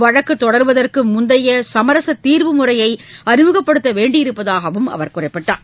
வழக்குத் தொடருவதற்கு முந்தைய சமரச தீர்வு முறையை அறிமுகப்படுத்த வேண்டியிருப்பதாகவும் அவர் கூறினார்